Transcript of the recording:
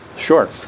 Sure